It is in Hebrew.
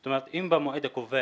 זאת אומרת, אם במועד הקובע